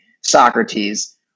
Socrates